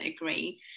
agree